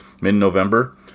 mid-November